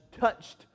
touched